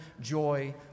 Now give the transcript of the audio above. joy